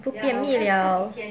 不便秘 liao